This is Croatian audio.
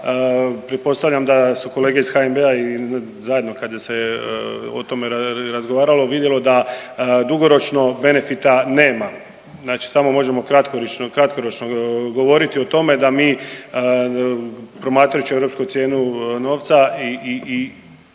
pretpostavljam da su kolege iz HNB-a i zajedno kada se o tome razgovaralo i vidjelo da dugoročno benefita nema, znači samo možemo kratkoročno, kratkoročno govoriti o tome da mi promatrajući europsku cijenu novca i